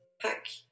pack